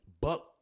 buck